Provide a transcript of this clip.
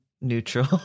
neutral